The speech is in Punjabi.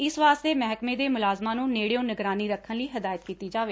ਇਸ ਵਾਸਤੇ ਮਹਿਕਮੇ ਦੇ ਮੁਲਾਜਮਾਂ ਨੂੰ ਨੇੜਿਓਂ ਨਿਗਰਾਨੀ ਰੱਖਣ ਲਈ ਹਦਾਇਤ ਕੀਤੀ ਜਾਵੇ